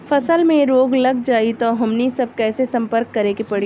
फसल में रोग लग जाई त हमनी सब कैसे संपर्क करें के पड़ी?